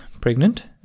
pregnant